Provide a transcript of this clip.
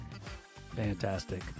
Fantastic